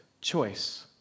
choice